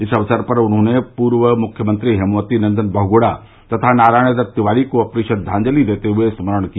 इस अवसर पर उन्होंने पूर्व मुख्यमंत्री हेमवती नन्दन बहुगुणा तथा नारायण दत्त तिवारी को अपनी श्रद्दाजंलि देते हुए स्मरण किया